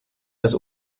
das